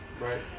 Right